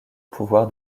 pouvoir